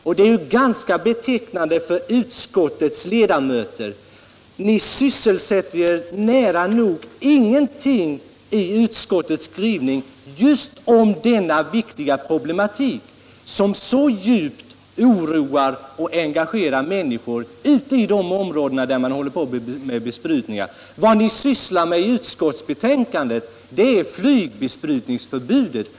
Och det är ganska betecknande för utskottets ledamöter att ni sysselsätter er nära nog inte alls i utskottsskrivningen med just denna viktiga problematik, som så djupt oroar och engagerar människorna i de områden där besprutning sker. Vad ni sysslar med i utskottsbetänkandet är flygbesprutningsförbudet.